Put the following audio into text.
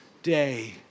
day